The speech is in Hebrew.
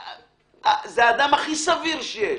זה האדם הכי סביר שיש.